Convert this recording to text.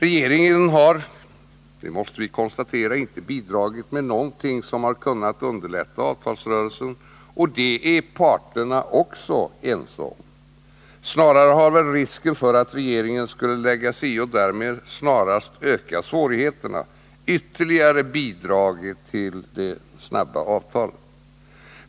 Man måste konstatera att regeringen inte har bidragit med någonting som har kunnat underlätta avtalsrörelsen — också detta är parterna ense om. Snarare har väl risken för att regeringen skulle lägga sig i och därmed närmast öka svårigheterna ytterligare bidragit till det snabba avtalet.